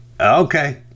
Okay